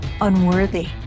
unworthy